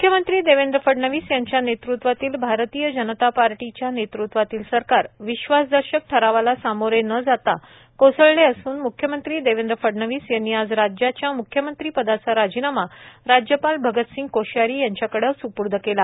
मुख्यमंत्री देवेंद्र फडणवीस यांच्या नेतृत्वातील भारतीय जनता पक्षाच्या नेतृत्वातील सरकार विश्वासदर्शक ळ्यवाला सामोरे न जाता कोसळले असून मुख्यमंत्री देवेंद्र फडणवीस यांनी आज राज्याच्या मुख्यमंत्रीपदाचा राजीनामा राज्यपाल भगतसिंग कोश्यारी यांच्याकडे सुपूर्द केला